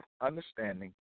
understanding